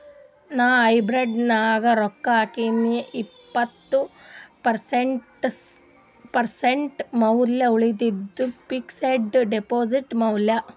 ನಾ ಹೈಬ್ರಿಡ್ ನಾಗ್ ರೊಕ್ಕಾ ಹಾಕಿನೀ ಇಪ್ಪತ್ತ್ ಪರ್ಸೆಂಟ್ ಸ್ಟಾಕ್ ಮ್ಯಾಲ ಉಳಿದಿದ್ದು ಫಿಕ್ಸಡ್ ಡೆಪಾಸಿಟ್ ಮ್ಯಾಲ